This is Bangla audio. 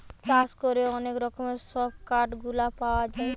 চাষ করে অনেক রকমের সব কাঠ গুলা পাওয়া যায়